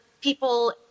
people